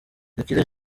gakire